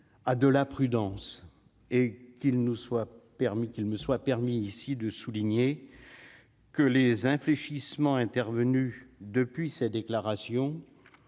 ah de la prudence et qu'il nous soit permis qu'il me soit permis ici de souligner que les infléchissements intervenues depuis ses déclarations